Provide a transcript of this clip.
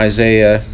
Isaiah